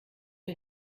ich